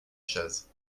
chaise